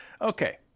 Okay